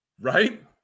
Right